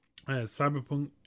Cyberpunk